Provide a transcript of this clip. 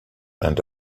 and